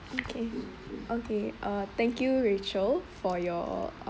okay okay uh thank you rachel for your